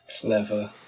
clever